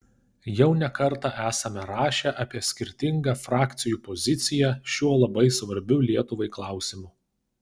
jau ne kartą esame rašę apie skirtingą frakcijų poziciją šiuo labai svarbiu lietuvai klausimu